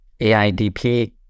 AIDP